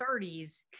30s